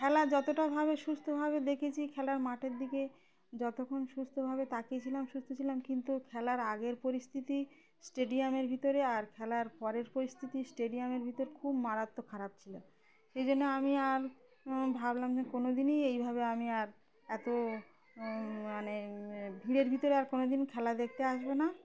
খেলা যতটাভাবে সুস্থভাবে দেখেছি খেলার মাঠের দিকে যতক্ষণ সুস্থভাবে তাকিয়েছিলাম সুস্থ ছিলাম কিন্তু খেলার আগের পরিস্থিতি স্টেডিয়ামের ভিতরে আর খেলার পরের পরিস্থিতি স্টেডিয়ামের ভিতর খুব মারাত্মক খারাপ ছিল সেই জন্য আমি আর ভাবলাম যে কোনো দিনই এইভাবে আমি আর এতো মানে ভিড়ের ভিতরে আর কোনো দিন খেলা দেখতে আসব না